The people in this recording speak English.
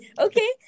okay